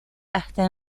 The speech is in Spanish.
hasta